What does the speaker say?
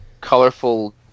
colorful